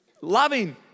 loving